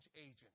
agent